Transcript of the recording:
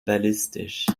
ballistisch